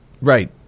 right